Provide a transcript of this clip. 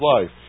life